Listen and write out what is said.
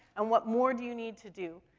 and what more do you need to do?